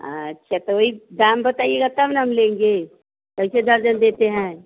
अच्छा तो वही दाम बताइएगा तब न हम लेंगे कैसे दर्जन देते हैं